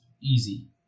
easy